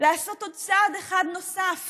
לעשות עוד צעד אחד נוסף